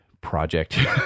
project